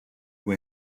who